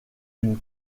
une